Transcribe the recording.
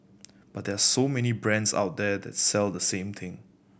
but there are so many brands out there that sell the same thing